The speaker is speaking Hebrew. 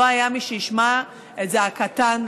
לא היה מי שישמע את זעקתן,